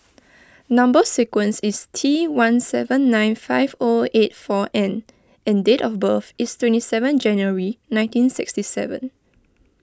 Number Sequence is T one seven nine five O eight four N and date of birth is twenty seven January nineteen sixty seven